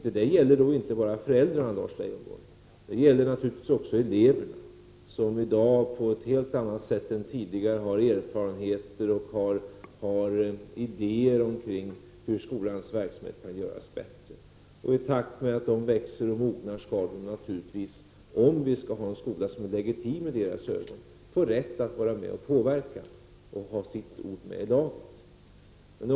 Detta gäller inte bara föräldrarna, Lars Leijonborg, det gäller naturligtvis eleverna, som i dag på ett helt annat sätt än tidigare har erfarenheter och idéer om hur skolans verksamhet kan göras bättre. I takt med att de växer och mognar skall eleverna naturligtvis, om vi skall ha en skola som är legitim i deras ögon, få rätt att vara med och påverka och ha sitt ord med i laget.